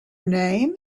name